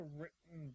written